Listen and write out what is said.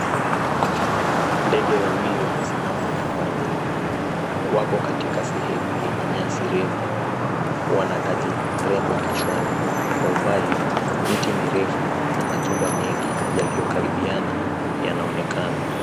Ndege wawili wamesimama pamoja, wako katika sehemu yenye nyasi refu, wanataji rembo kichwani, kwa umbali miti mirefu na majumba mengi yaliyo karibiana yanaonekana.